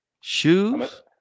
Shoes